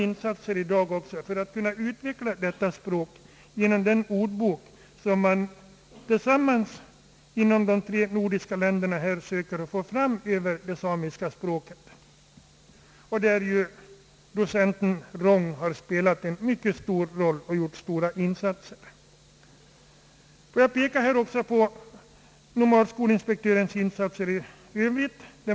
Insatser för att kunna utveckla språket görs genom den ordbok som de nordiska länderna tillsammans söker få fram över det samiska språket i vilket arbete docent Ruong har gjort insatser av mycket stor betydelse. Får jag också peka på nomadskolinspektörens insatser i Övrigt.